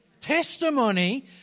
testimony